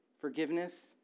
forgiveness